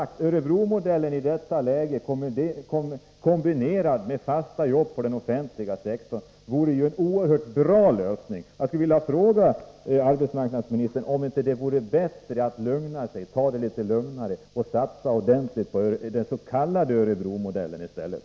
Örebromodellen, kombinerad med fasta jobb på den offentliga sektorn, vore en mycket bra lösning. Jag skulle vilja fråga arbetsmarknadsministern om det inte vore bättre att ta det litet lugnare och satsa ordentligt på den s.k. Örebromodellen i stället.